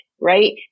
Right